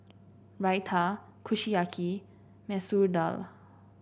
Raita Kushiyaki and Masoor Dal